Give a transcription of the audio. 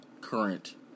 current